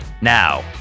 Now